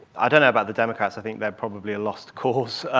i don't know about the democrats. i think they're probably a lost cause,